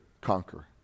conquer